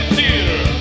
Theater